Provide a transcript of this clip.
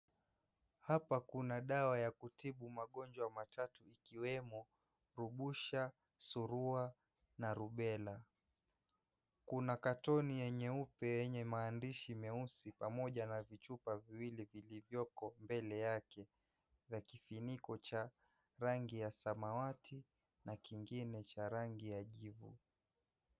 Hapa kuna dawa ya kutibu magonjwa matatu ikiwemo rubusha, surua na rubela. Kuna katoni ya nyeupe yenye maandishi meusi pamoja na vichupa viwili vilivyoko mbele yake za kifuniko cha rangi ya samawati na kingine cha rangi ya jivu.